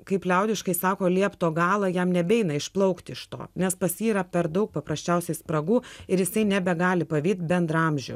kaip liaudiškai sako liepto galą jam nebeina išplaukti iš to nes pas jį yra per daug paprasčiausiai spragų ir jisai nebegali pavyti bendraamžių